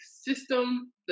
system